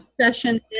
session